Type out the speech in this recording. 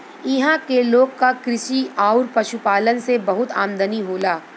इहां के लोग क कृषि आउर पशुपालन से बहुत आमदनी होला